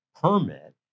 permit